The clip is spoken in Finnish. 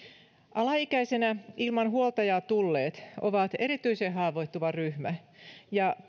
alaikäisenä ilman huoltajaa tulleet ovat erityisen haavoittuva ryhmä ja